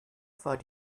war